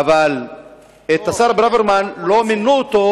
אבל צריך לעשות אותו באיזו